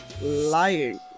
lying